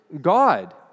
God